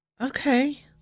okay